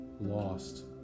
lost